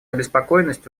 обеспокоенность